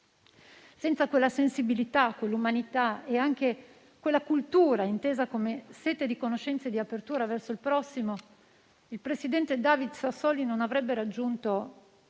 Senza quella sensibilità, quell'umanità e anche quella cultura intesa come sete di conoscenza e di apertura verso il prossimo, il presidente David Sassoli non avrebbe raggiunto